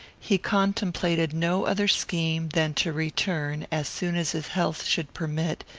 he contemplated no other scheme than to return, as soon as his health should permit,